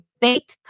bake